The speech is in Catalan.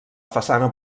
façana